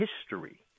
history